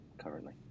currently